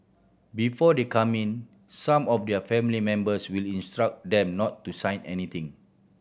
before they come in some of their family members will instruct them not to sign anything